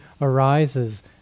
arises